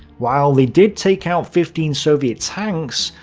while they did take out fifteen soviet tanks,